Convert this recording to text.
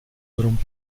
herum